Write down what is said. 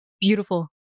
Beautiful